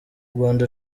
rwanda